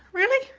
really?